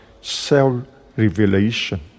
self-revelation